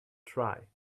try